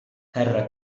her